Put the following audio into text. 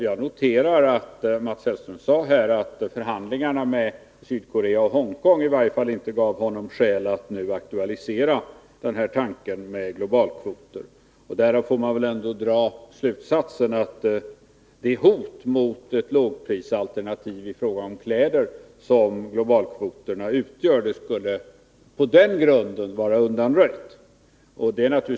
Jag noterar att Mats Hellström här sade att förhandlingarna med Sydkorea och Hongkong i varje fallinte gav honom skäl att nu aktualisera tanken på globalkvoter. Därav får man väl ändå dra slutsatsen att det hot mot ett lågprisalternativ i fråga om kläder som globalkvoterna utgör skulle, på den grunden, vara undanröjt.